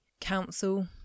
Council